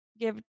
give